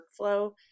workflow